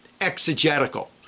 exegetical